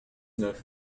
neuf